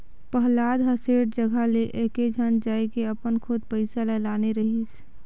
पहलाद ह सेठ जघा ले एकेझन जायके अपन खुद पइसा ल लाने रहिस